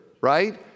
right